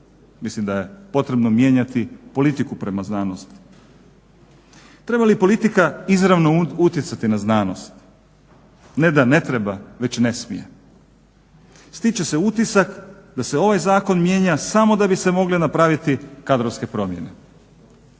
Mislim da je potrebno mijenjati politiku prema znanosti. Treba li politika izravno utjecati na znanost? Ne da ne treba već ne smije. Stiče se utisak da se ovaj zakon mijenja samo da bi se mogle napraviti kadrovske promjene.